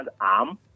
arm